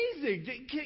amazing